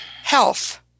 Health